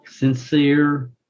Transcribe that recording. sincere